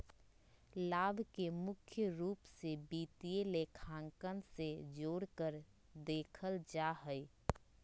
लाभ के मुख्य रूप से वित्तीय लेखांकन से जोडकर देखल जा हई